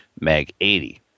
MAG-80